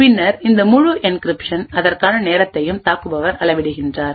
பின்னர் இந்த முழு என்கிரிப்ஷன் அதற்கான நேரத்தையும் தாக்குபவர் அளவிடுகிறார்